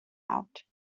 out